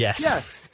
Yes